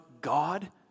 God